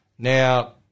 Now